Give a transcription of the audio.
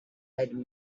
had